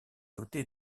doté